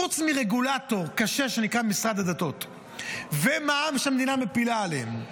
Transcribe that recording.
חוץ מרגולטור קשה שנקרא משרד הדתות ומע"מ שהמדינה מפילה עליהם,